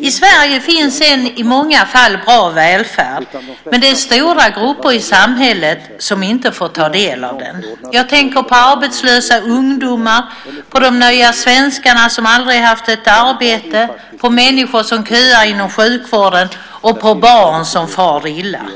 I Sverige finns en i många fall bra välfärd, men det finns stora grupper i samhället som inte får ta del av den. Jag tänker på arbetslösa ungdomar, på de nya svenskarna som aldrig har haft ett arbete, på människor som köar inom sjukvården och på barn som far illa.